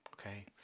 Okay